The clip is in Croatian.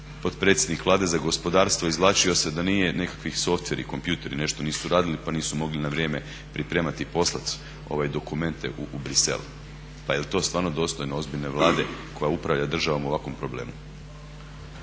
potpredsjednik Vlade za gospodarstvo izvlačio se da nije nekakvi softveri, kompjuteri nešto nisu radili pa nisu mogli na vrijeme pripremiti i poslati dokumente u Bruxelles. Pa jel to stvarno dostojno ozbiljne Vlade koja upravlja državom u ovakvom problemu?